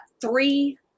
three